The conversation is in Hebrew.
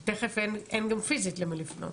כי תכף אין גם פיסית למי לפנות.